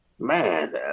Man